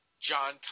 John